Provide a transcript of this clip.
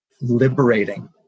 liberating